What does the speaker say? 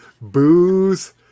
booze